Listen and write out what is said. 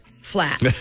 flat